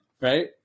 Right